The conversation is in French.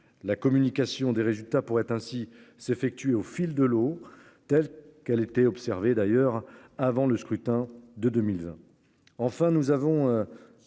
la communication des résultats pourraient ainsi s'effectuer au fil de l'eau, telle qu'elle était observé d'ailleurs avant le scrutin de 2000.